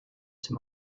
dem